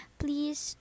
please